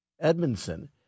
Edmondson